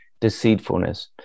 deceitfulness